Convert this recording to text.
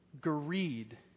greed